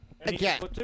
Again